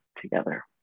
together